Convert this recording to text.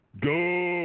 Go